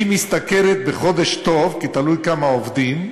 היא משתכרת בחודש טוב, כי תלוי כמה עובדים,